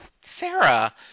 Sarah